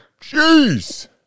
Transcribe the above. Jeez